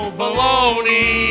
baloney